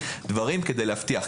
דברים כדי להבטיח.